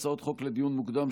הצעות חוק לדיון מוקדם,